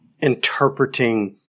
interpreting